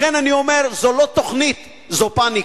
לכן אני אומר, זו לא תוכנית, זו פניקה.